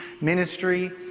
ministry